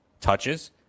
touches